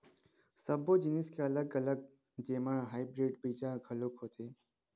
सब्बो जिनिस के अलग अलग जेमा हाइब्रिड बीजा घलोक होथे